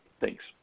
thanks